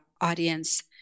audience